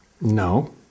No